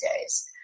days